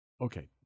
Okay